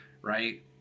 right